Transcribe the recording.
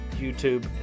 YouTube